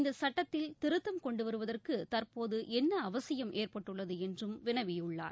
இந்த சுட்டத்தில் திருத்தம் கொண்டு வருவதற்கு தற்போது என்ன அவசியம் ஏற்பட்டுள்ளது என்றும் வினவியுள்ளார்